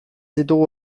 ditugu